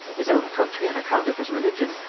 his own country on account of his religion,